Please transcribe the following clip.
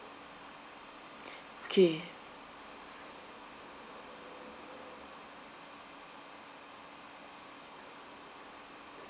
K